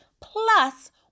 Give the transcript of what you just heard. plus